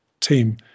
team